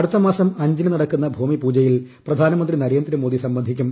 അടുത്തമാസം അഞ്ചിന് നടക്കുന്ന ഭൂമിപൂജയിൽ പ്രധാനമന്ത്രി നരേന്ദ്രമോദി സംബന്ധിക്കും